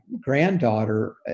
granddaughter